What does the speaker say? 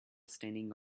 standing